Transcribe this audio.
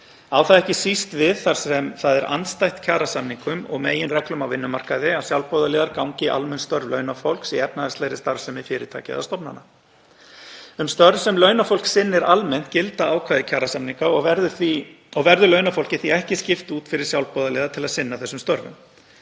Á það ekki síst við þar sem það er andstætt kjarasamningum og meginreglum á vinnumarkaði að sjálfboðaliðar gangi í almenn störf launafólks í efnahagslegri starfsemi fyrirtækja eða stofnana. Um störf sem launafólk sinnir almennt gilda ákvæði kjarasamninga og verður launafólki því ekki skipt út fyrir sjálfboðaliða til að sinna þessum störfum.